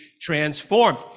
transformed